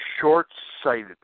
short-sighted